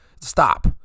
stop